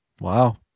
Wow